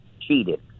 cheated